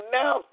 now